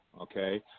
okay